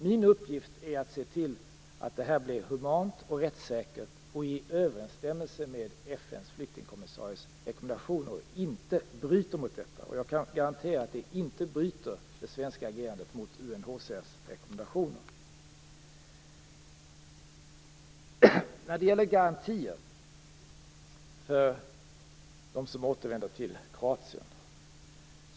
Min uppgift är att se till att det sker humant, rättssäkert och i överensstämmelse med FN:s flyktingkommissaries rekommendationer. Jag kan garantera att det svenska agerandet inte bryter mot UNHCR:s rekommendationer. Vi har talat om garantier för dem som återvänder till Kroatien.